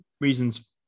reasons